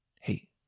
Hey